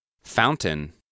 Fountain